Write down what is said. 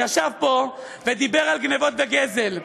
ישב פה ודיבר על גנבות וגזל,